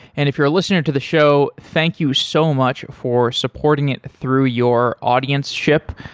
and if you're a listener to the show, thank you so much for supporting it through your audienceship.